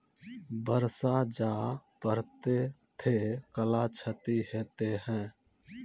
बरसा जा पढ़ते थे कला क्षति हेतै है?